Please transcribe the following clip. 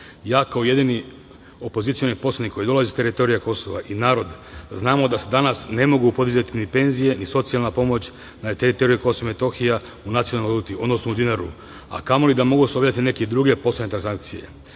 kao jedini opozicioni poslanik koji dolazi sa teritorije Kosova i narod znamo da se danas ne mogu podizati ni penzije, ni socijalna pomoć na teritoriji Kosova i Metohije u nacionalnoj valuti, odnosno u dinaru, a kamoli da mogu da se obave neke druge poslovne transakcije. Prema